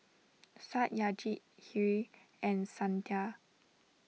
Satyajit Hri and Santha